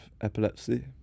epilepsy